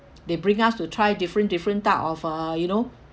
they bring us to try different different type of uh you know